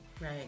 Right